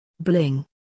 Bling